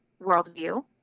worldview